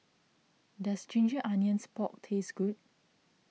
does Ginger Onions Pork taste good